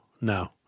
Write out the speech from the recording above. no